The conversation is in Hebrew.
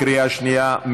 בקריאה שנייה.